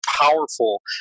powerful